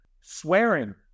swearing